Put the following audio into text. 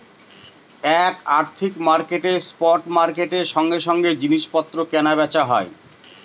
এক আর্থিক মার্কেটে স্পট মার্কেটের সঙ্গে সঙ্গে জিনিস পত্র কেনা বেচা হয়